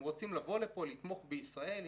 הם רוצים לבוא לפה, לתמוך בישראל.